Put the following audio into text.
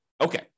Okay